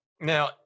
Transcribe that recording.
Now